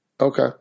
Okay